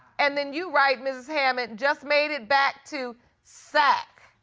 and then you write, mrs. hammond, just made it back to sac.